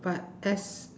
but that's